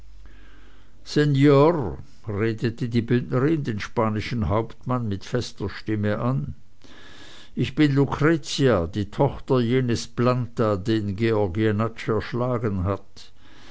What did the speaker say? sennor redete die bündnerin den spanischen hauptmann mit fester stimme an ich bin lucretia die tochter jenes planta den georg jenatsch erschlagen hat